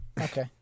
okay